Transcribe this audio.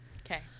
Okay